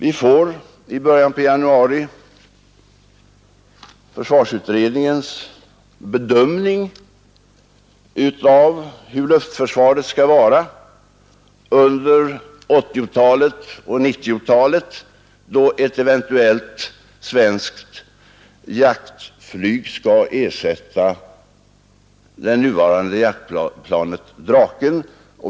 I början av januari nästa år får vi försvarsutredningens bedömning av hur luftförsvaret skall se ut under 1980 och 1990-talen, då ett eventuellt svenskt jaktflyg skall ersätta det nuvarande jaktplanet Draken.